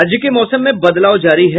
राज्य के मौसम में बदलाव जारी है